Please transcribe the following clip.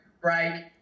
Break